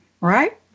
right